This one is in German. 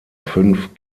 fünf